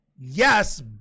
Yes